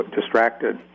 distracted